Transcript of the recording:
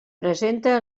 presenta